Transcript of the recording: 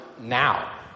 Now